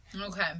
Okay